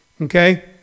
Okay